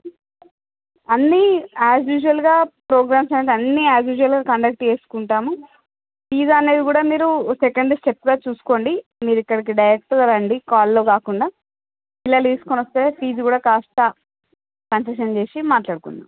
అన్ని యాజ్ యూజ్వల్గా ప్రోగ్రామ్స్ అనేటి అన్ని యాజ్ యూజ్వల్గా ప్రోగ్రామ్స్ కండక్ట్ చేసుకుంటాము ఈ దాన్ని కూడా సెకండ్ స్టెప్గా చూసుకోండి మీరు ఎక్కడికి డైరెక్ట్గా రండి కాల్లో కాకుండా పిల్లలిని తీసుకొని వస్తే ఫీజు కూడా కాస్త కంక్లూజన్ చేసి మాట్లాడుకుందాం